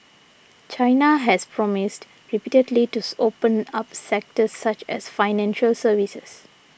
China has promised repeatedly tooth open up sectors such as financial services